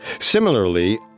Similarly